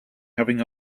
having